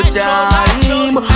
time